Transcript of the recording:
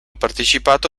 partecipato